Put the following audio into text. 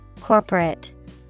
Corporate